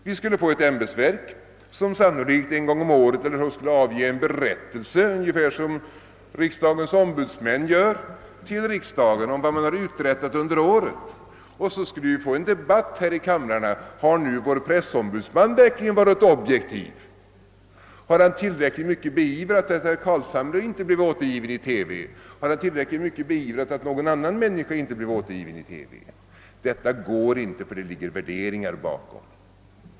Vi skulle få ett ämbetsverk som sannolikt skulle avge en berättelse en gång om året ungefär som riksdagens ombudsmän gör till riksdagen om vad de har uträttat under året. Och så skulle vi få en debatt här i kamrarna: Har nu vår pressombudsman varit objektiv? Har han tillräckligt mycket beivrat att herr Carlshamre inte blev återgiven i TV? Har han tillräckligt mycket beivrat att någon annan människa inte blev tillräckligt mycket återgiven i TV? Detta går inte, ty det ligger för mycket värderingar bakom.